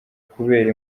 kubera